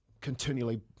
continually